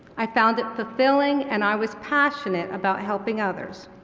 i found it fulfilling and i was passionate about helping others.